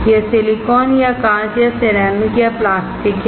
यह सिलिकॉन या कांच या सिरेमिक या प्लास्टिक है